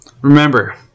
Remember